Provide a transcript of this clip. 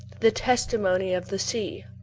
the testimony of the sea.